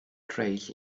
trays